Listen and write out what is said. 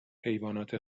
حیوانات